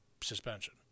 suspension